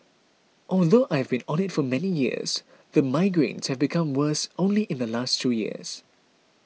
although I have been on it for many years the migraines have become worse only in the last two years